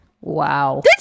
Wow